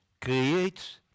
creates